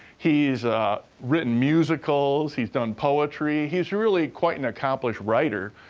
he's written musicals, he's done poetry. he's really quite an accomplished writer,